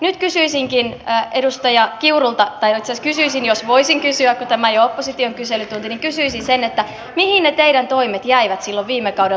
nyt kysyisinkin edustaja kiurulta tai itse asiassa kysyisin jos voisin kysyä kun tämä ei ole opposition kyselytunti mihin ne teidän toimenne jäivät silloin viime kaudella